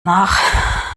nach